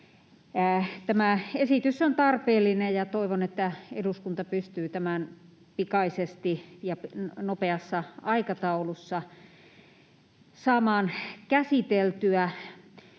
tämä esitys on tarpeellinen, ja toivon, että eduskunta pystyy tämän pikaisesti ja nopeassa aikataulussa saamaan käsiteltyä.